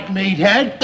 meathead